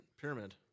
pyramid